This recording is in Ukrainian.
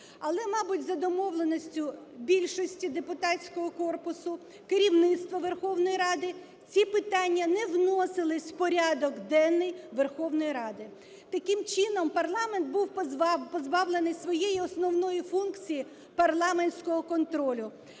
Але, мабуть, за домовленістю більшості депутатського корпусу, керівництва Верховної Ради ці питання не вносились у порядок денний Верховної Ради. Таким чином, парламент був позбавлений своєї основної функції – парламентського контролю,